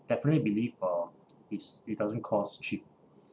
definitely believe uh it's it doesn't cost cheap